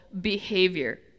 behavior